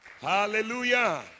hallelujah